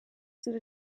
said